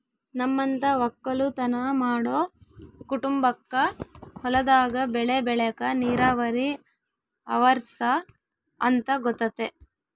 ನಮ್ಮಂತ ವಕ್ಕಲುತನ ಮಾಡೊ ಕುಟುಂಬಕ್ಕ ಹೊಲದಾಗ ಬೆಳೆ ಬೆಳೆಕ ನೀರಾವರಿ ಅವರ್ಸ ಅಂತ ಗೊತತೆ